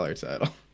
title